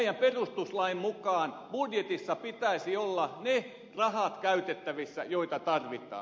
meidän perustuslakimme mukaan budjetissa pitäisi olla ne rahat käytettävissä joita tarvitaan